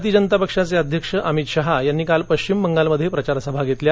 भाजपा अध्यक्ष अमित शहा यांनी काल पश्चिम बंगालमध्ये प्रचारसभा घेतल्या